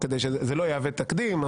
וכדי שזה לא יהווה תקדים,